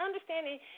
Understanding